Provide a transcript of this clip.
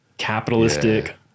capitalistic